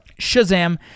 Shazam